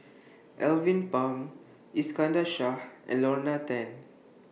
Alvin Pang Iskandar Shah and Lorna Tan